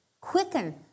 quicken